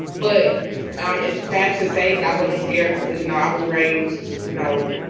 but um it's bad to say. but i wasn't scared because, you know, i was raised, you know,